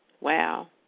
wow